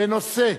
בנושא: